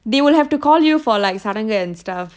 they will have to call you for like சடங்கு:sadangu and stuff